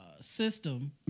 system